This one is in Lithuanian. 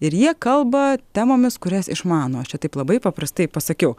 ir jie kalba temomis kurias išmano aš čia taip labai paprastai pasakiau